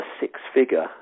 six-figure